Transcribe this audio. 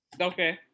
Okay